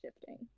shifting